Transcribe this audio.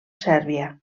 sèrbia